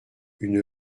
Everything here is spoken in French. une